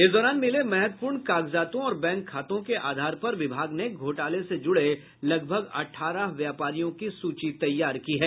इस दौरान मिले महत्वपूर्ण कागजातों और बैंक खातों के आधार पर विभाग ने घोटाले से जुड़े लगभग अठारह व्यापारियों की सूची तैयार की है